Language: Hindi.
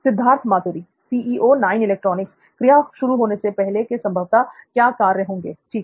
सिद्धार्थ मातुरी क्रिया शुरू होने से "पहले" के संभवतः क्या कार्य होंगे ठीक